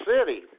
City